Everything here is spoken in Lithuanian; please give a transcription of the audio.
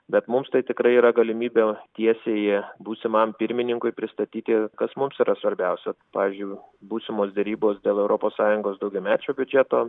bet mums tai tikrai yra galimybė tiesiai būsimajam pirmininkui pristatyti kas mums yra svarbiausia pavyzdžiui būsimos derybos dėl europos sąjungos daugiamečio biudžeto